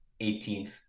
18th